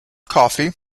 coffee